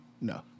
No